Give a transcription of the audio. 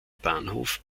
bahnhof